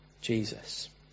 Jesus